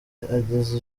ageza